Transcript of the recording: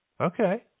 Okay